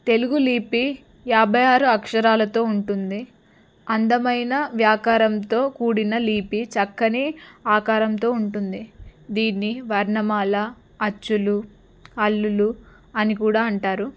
తెలుగు లిపి యాభై ఆరు అక్షరాలతో ఉంటుంది అందమైన వ్యాకారంతో కూడిన లిపి చక్కని ఆకారంతో ఉంటుంది దీన్ని వర్ణమాల అచ్చులు హల్లులు అని కూడా అంటారు